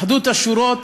אחדות השורות